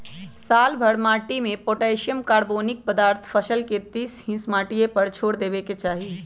सालोभर माटिमें potassium, carbonic पदार्थ फसल के तीस हिस माटिए पर छोर देबेके चाही